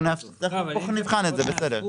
אנחנו נבחן את זה, בסדר.